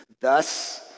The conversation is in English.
Thus